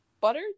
Butter